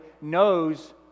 knows